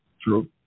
True